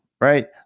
right